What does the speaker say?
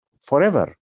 forever